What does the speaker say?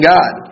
God